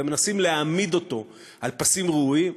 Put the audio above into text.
ומנסים להעמיד אותו על פסים ראויים,